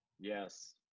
Yes